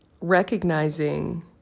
recognizing